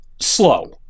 slow